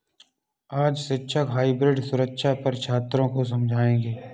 आज शिक्षक हाइब्रिड सुरक्षा पर छात्रों को समझाएँगे